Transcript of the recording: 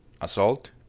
assault